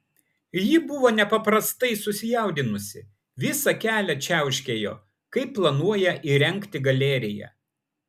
ji buvo nepaprastai susijaudinusi visą kelią čiauškėjo kaip planuoja įrengti galeriją